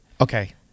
Okay